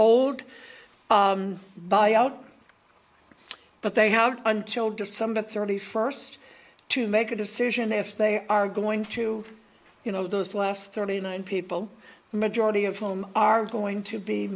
old buy out but they have until december thirty first to make a decision if they are going to you know those last thirty nine people majority of whom are going to be